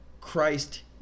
Christ